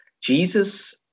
Jesus